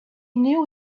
knew